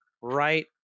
right